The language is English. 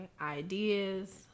ideas